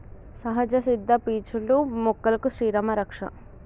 సహజ సిద్ద పీచులు మొక్కలకు శ్రీరామా రక్ష